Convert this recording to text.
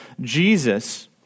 Jesus